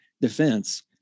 defense